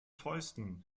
fäusten